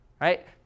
right